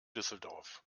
düsseldorf